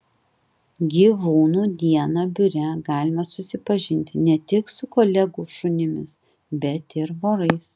gyvūnų dieną biure galima susipažinti ne tik su kolegų šunimis bet ir vorais